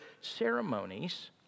ceremonies